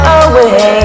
away